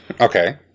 okay